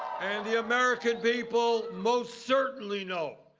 and the american people most certainly no